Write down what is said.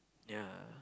ya